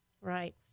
Right